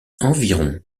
environ